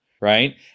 Right